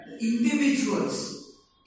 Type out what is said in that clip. individuals